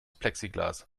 plexiglas